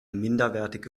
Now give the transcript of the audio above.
minderwertige